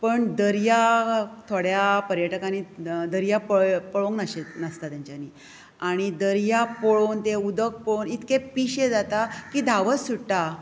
पण दर्या थोड्या पर्यटकांनी दर्या पळोवंक नासता तांच्यानी आनी दर्या पळोवन तें उदक पळोवन इतलें पिशें जाता की धांवत सुट्टा